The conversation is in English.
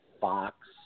Fox